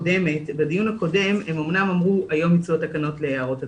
בדיון הקודם הם אמנם אמרו היום ייצאו התקנות להערות הציבור,